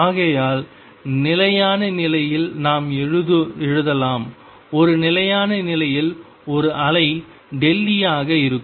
ஆகையால் நிலையான நிலையில் நாம் எழுதலாம் ஒரு நிலையான நிலையில் ஒரு அலை E ஆக இருக்கும்